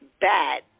bad